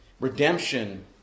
Redemption